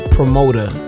Promoter